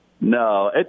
No